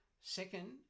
Second